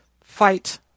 fight